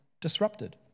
disrupted